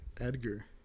Edgar